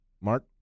mark